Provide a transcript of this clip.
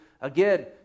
again